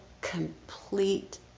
complete